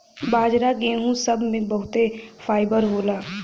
बाजरा गेहूं सब मे बहुते फाइबर होला